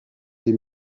des